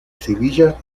sevilla